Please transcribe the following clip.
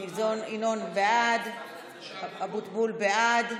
ינון, בעד, אבוטבול, בעד.